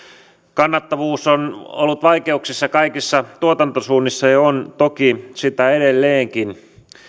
kannattavuus on ollut vaikeuksissa kaikissa tuotantosuunnissa ja on toki edelleenkin